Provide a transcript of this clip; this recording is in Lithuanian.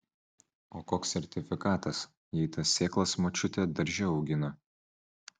o koks sertifikatas jei tas sėklas močiutė darže augino